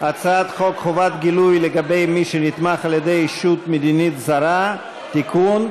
חובת גילוי לגבי מי שנתמך על-ידי ישות מדינית זרה (תיקון),